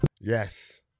Yes